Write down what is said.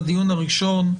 בדיון הראשון,